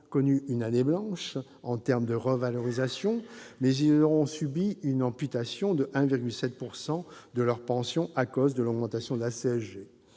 connu une année blanche en termes de revalorisation, mais subi une amputation de 1,7 % de leur pension à cause de l'augmentation de la CSG.